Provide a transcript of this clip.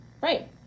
right